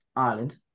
Ireland